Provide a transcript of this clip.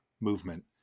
movement